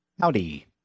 Howdy